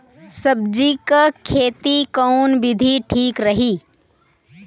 सब्जी क खेती कऊन विधि ठीक रही?